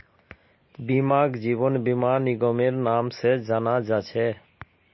बीमाक जीवन बीमा निगमेर नाम से जाना जा छे